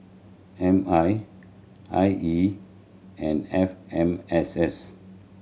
M I I E and F M S S